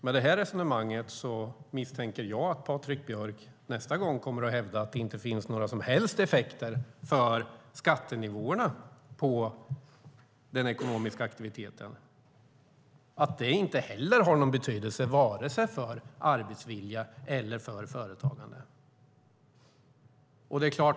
Med det resonemang som Patrik Björck för misstänker jag att han nästa gång kommer att hävda att det inte har några som helst effekter för skattenivåerna i den ekonomiska aktiviteten, att det inte har någon betydelse vare sig för arbetsvilja eller för företagande.